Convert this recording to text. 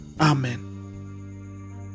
Amen